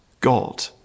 God